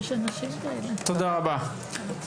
תודה רבה.